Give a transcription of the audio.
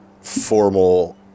formal